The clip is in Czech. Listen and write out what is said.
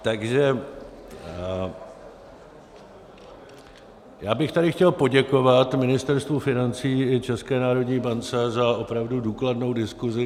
Takže já bych tady chtěl poděkovat Ministerstvu financí i České národní bance za opravdu důkladnou diskuzi.